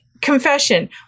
confession